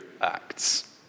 Acts